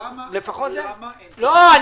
למה --- לא,